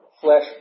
flesh